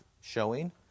showing